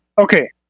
Okay